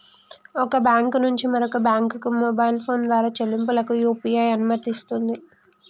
ఒక బ్యాంకు నుంచి మరొక బ్యాంకుకు మొబైల్ ఫోన్ ద్వారా చెల్లింపులకు యూ.పీ.ఐ అనుమతినిస్తుంది